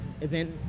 event